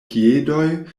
piedoj